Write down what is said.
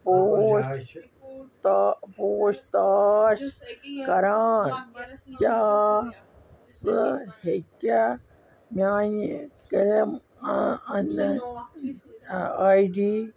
پوٗچھ تا پوٗچھ تاچھ کَران کیٛاہ ژٕ ہیٚکہِ کھا میٛانہِ کٕلیم آے ڈی